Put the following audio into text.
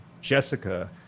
Jessica